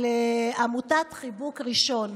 עמותת חיבוק ראשון.